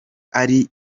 ari